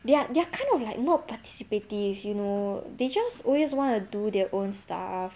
they're they're kind of like not participative you know they just always wanna do their own stuff